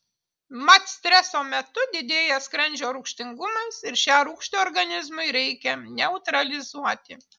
mat streso metu didėja skrandžio rūgštingumas ir šią rūgštį organizmui reikia neutralizuoti